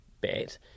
bit